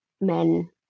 men